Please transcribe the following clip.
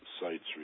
sites